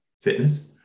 fitness